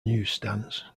newsstands